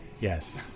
Yes